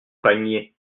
panier